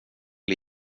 att